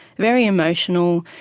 very emotional,